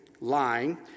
lying